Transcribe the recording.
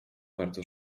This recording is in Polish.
bardzo